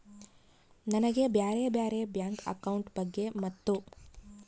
ನನಗೆ ಬ್ಯಾರೆ ಬ್ಯಾರೆ ಬ್ಯಾಂಕ್ ಅಕೌಂಟ್ ಬಗ್ಗೆ ಮತ್ತು?